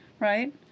right